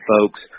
folks